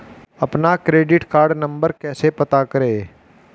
अपना credit card number कैसे पता करें?